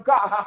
God